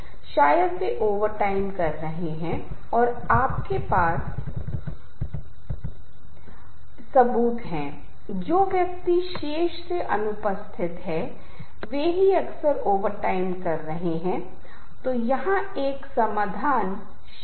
मूल रूप से जो बताया गया है वह आकाश को देखने वाले व्यक्ति के अनुभव का है और इसे साधारण मानने का है और फिर अचानक उसका यह महसूस करना कि आकाश असाधारण है